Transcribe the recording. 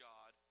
God